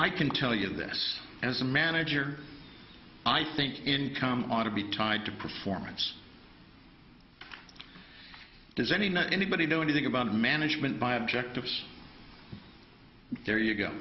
i can tell you this as a manager i think income ought to be tied to performance does anyone anybody know anything about management by objectives there you go